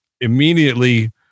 immediately